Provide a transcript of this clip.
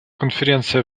конференция